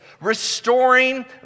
restoring